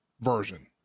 version